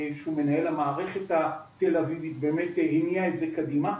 שהוא מנהל המערכת התל אביבית באמת הניע את זה קדימה.